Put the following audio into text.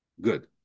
Good